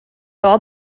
all